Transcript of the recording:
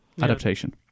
adaptation